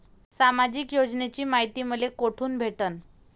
सामाजिक योजनेची मायती मले कोठून भेटनं?